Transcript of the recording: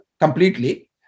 completely